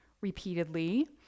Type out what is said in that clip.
repeatedly